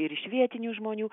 ir iš vietinių žmonių